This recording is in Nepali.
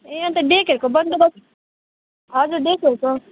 ए अन्त डेकहरूको बन्दोबस्त हजुर डेकहरूको